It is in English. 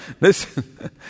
Listen